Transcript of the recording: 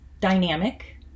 dynamic